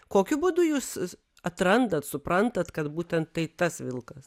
kokiu būdu jūs atrandat suprantat kad būtent tai tas vilkas